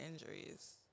injuries